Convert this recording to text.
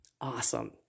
awesome